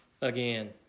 again